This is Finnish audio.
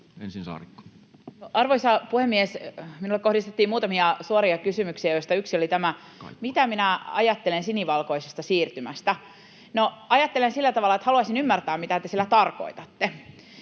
14:08 Content: Arvoisa puhemies! Minulle kohdistettiin muutamia suoria kysymyksiä, joista yksi oli, mitä minä ajattelen sinivalkoisesta siirtymästä. No, ajattelen sillä tavalla, että haluaisin ymmärtää, mitä sillä tarkoitatte.